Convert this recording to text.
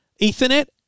Ethernet